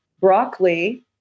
broccoli